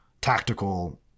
tactical